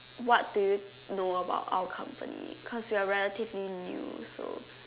what do you know about our company cause we're relatively new also